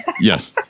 Yes